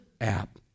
app